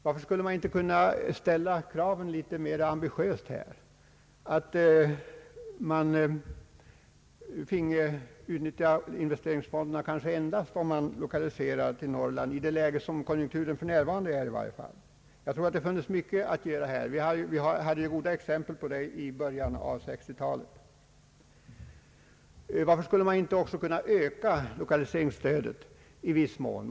Varför skulle man inte kunna ställa litet ambitiösare krav här, t.ex. att investeringsfonderna finge utnyttjas endast för lokalisering till Norrland, i varje fall i det konjunkturläge som råder för närvarande? Jag tror det funnes mycket att göra här. Vi hade ju goda exempel på det i början av 1960 talet. Varför skulle man inte också kunna öka lokaliseringsstödet i viss mån?